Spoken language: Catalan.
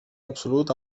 absolut